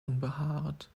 unbehaart